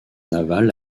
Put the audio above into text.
naval